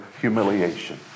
humiliation